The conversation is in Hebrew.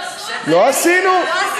לא עשינו.